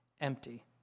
empty